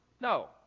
No